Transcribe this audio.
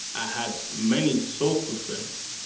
i had many so-called friends.